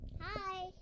Hi